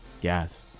Yes